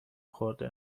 خورده